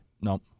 No